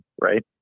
right